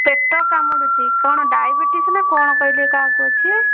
ପେଟ କାମୁଡ଼ୁଛି କ'ଣ ଡାଇବେଟିସ୍ ନା କ'ଣ କହିଲେ କାହାକୁ ଅଛି